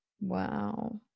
wow